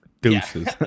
deuces